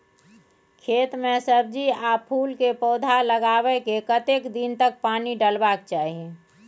खेत मे सब्जी आ फूल के पौधा लगाबै के कतेक दिन तक पानी डालबाक चाही?